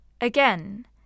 Again